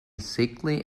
sickly